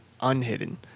unhidden